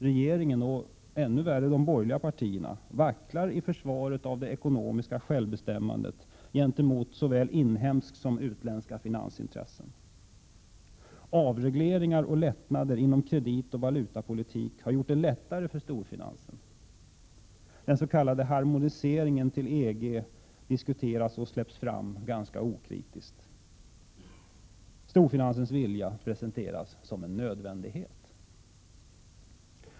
Regeringen — och ännu värre de borgerliga partierna — vacklar i försvaret av det ekonomiska självbestämmandet gentemot såväl inhemska som utländska finansintressen. Avregleringar och lättnader inom kreditoch valutapolitik har gjort det lättare för storfinansen. Den s.k. harmoniseringen till EG diskuteras och släpps fram ganska okritiskt. Storfinansens vilja presenteras som en nödvändighet.